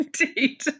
Indeed